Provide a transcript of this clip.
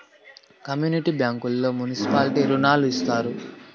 community బ్యాంకుల్లో municipality రుణాలు ఇత్తారు